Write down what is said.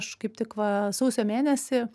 aš kaip tik va sausio mėnesį